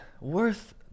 Worth